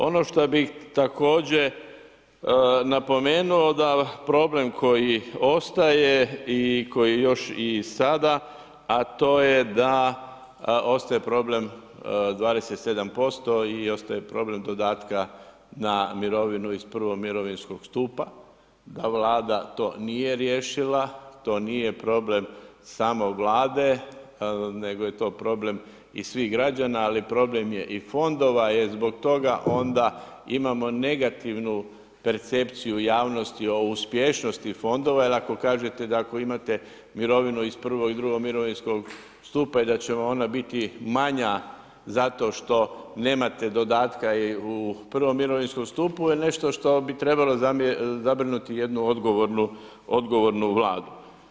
Ono što bih također napomenuo da problem koji ostaje i koji još i sada, a to je da ostaje problem 27% i ostaje problem dodatka na mirovinu iz I. mirovinskog stupa, da Vlada to nije riješila, to nije problem samo Vlade, nego je to problem i svih građana, ali problem je i fondova jer zbog toga onda imamo negativnu percepciju javnosti o uspješnosti fondova jer ako kažete da imate mirovinu iz I. i II. mirovinskog stupa i da će vam ona biti manja zato što nemate dodatka u I. mirovinskom stupu je nešto što bi trebalo zabrinuti jednu odgovornu Vladu.